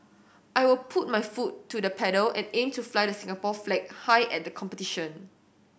I will put my foot to the pedal and aim to fly the Singapore flag high at the competition